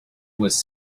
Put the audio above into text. was